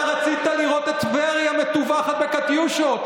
אתה רצית לראות את טבריה מטווחת בקטיושות.